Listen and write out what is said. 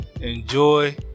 enjoy